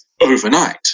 overnight